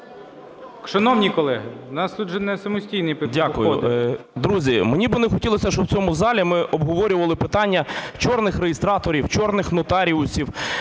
Шановні колеги, у нас тут же не самостійні… 14:43:50 ФРІС І.П. Дякую. Друзі, мені би не хотілося, щоб в цьому залі ми обговорювали питання "чорних" реєстраторів, "чорних" нотаріусів.